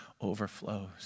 overflows